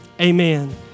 Amen